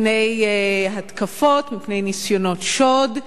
מפני התקפות ומפני ניסיונות שוד.